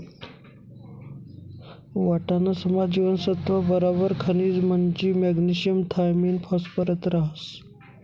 वाटाणासमा जीवनसत्त्व बराबर खनिज म्हंजी मॅग्नेशियम थायामिन फॉस्फरस रहास